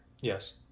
Yes